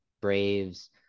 Braves